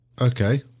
okay